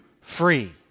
free